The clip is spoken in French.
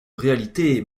réalité